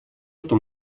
что